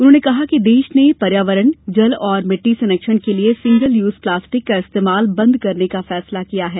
उन्होंने कहा कि देश ने पर्यावरण जल और मिट्टी संरक्षण के लिए सिगंल यूज प्लास्टिक का इस्तेमाल बंद करने का फैसला किया है